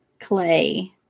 Clay